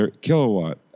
Kilowatt